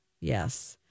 Yes